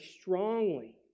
strongly